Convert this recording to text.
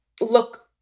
look